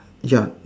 ya